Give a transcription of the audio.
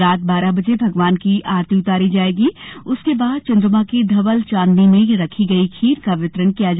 रात बारह बजे भगवान की आरती उतारी जायेगी उसके बाद चंद्रमॉ की धवल चांदनी में रखी गई खीर का वितरण किया जायेगा